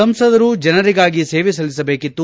ಸಂಸದರು ಜನರಿಗಾಗಿ ಸೇವೆ ಸಲ್ಲಿಸಬೇಕಿತ್ತು